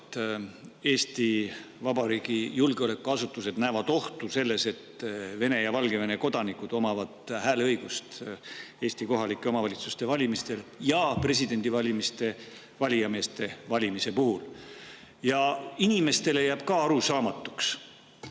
Eesti Vabariigi julgeolekuasutused näevad ohtu selles, et Vene ja Valgevene kodanikud omavad hääleõigust Eesti kohalike omavalitsuste valimistel ja presidendivalimistel valijameeste valimise puhul. Inimestele jääb ka arusaamatuks,